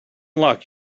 luck